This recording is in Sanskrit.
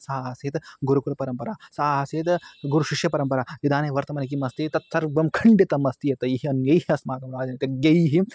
सा आसीत् गुरुकुलपरम्परा सा आसीद् गुरुशिष्यपरम्परा इदानीं वर्तमाने किम् अस्ति तत् सर्वं खण्डितम् अस्ति एतैः अन्यैः अस्माकं राजतज्ञैः